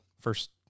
first